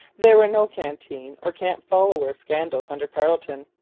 there were no canteen or camp-follower scandals under carleton.